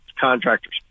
contractors